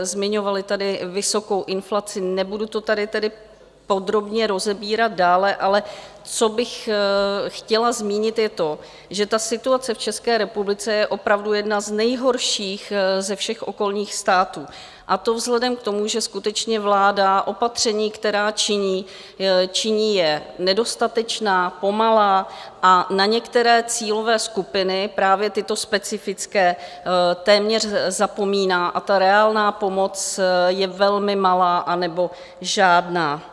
Zmiňovali tady vysokou inflaci, nebudu to tady tedy podrobně rozebírat dále, ale co bych chtěla zmínit, je to, že ta situace v České republice je opravdu jedna z nejhorších ze všech okolních států, a to vzhledem k tomu, že skutečně vláda opatření, která činí, činí je nedostatečná, pomalá a na některé cílové skupiny, právě tyto specifické, téměř zapomíná a ta reálná pomoc je velmi malá nebo žádná.